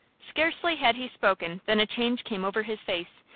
scarcely had he spoken than a change came over his face,